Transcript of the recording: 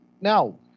now